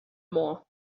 more